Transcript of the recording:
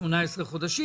ל-18 חודשים,